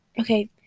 Okay